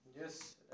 yes